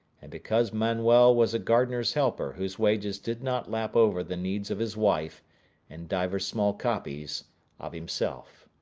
and because manuel was a gardener's helper whose wages did not lap over the needs of his wife and divers small copies of himself.